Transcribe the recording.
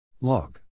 log